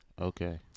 Okay